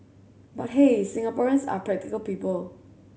but hey Singaporeans are practical people